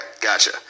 gotcha